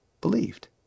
believed